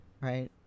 right